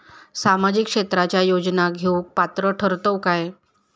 सामाजिक क्षेत्राच्या योजना घेवुक पात्र ठरतव काय?